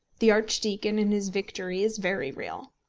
the archdeacon in his victory is very real.